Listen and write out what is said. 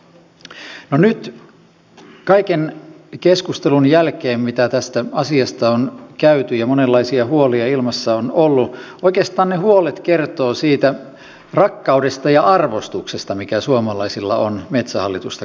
no nyt kaiken keskustelun jälkeen mitä tästä asiasta on käyty ja monenlaisia huolia ilmassa on ollut oikeastaan ne huolet kertovat siitä rakkaudesta ja arvostuksesta mikä suomalaisilla on metsähallitusta kohtaan